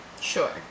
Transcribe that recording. Sure